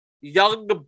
young